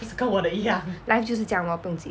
life 就是这样 lor 不要紧